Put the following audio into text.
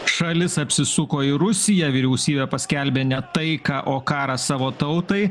šalis apsisuko į rusiją vyriausybė paskelbė ne taiką o karą savo tautai